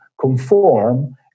conform